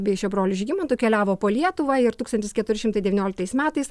bei šio broliu žygimantu keliavo po lietuvą ir tūkstantis keturi šimtai devynioliktais metais